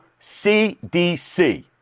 CDC